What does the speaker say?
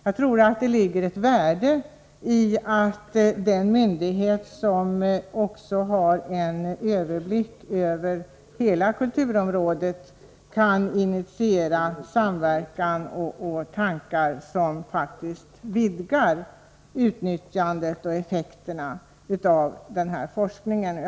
Jag tror att det ligger ett värde i att den myndighet som har överblick över hela kulturområdet kan, på basis av olika tankar som förs fram, initiera en samverkan som leder till att utnyttjandet av den här forskningen vidgas, så att det blir ökade möjligheter att nå effekt.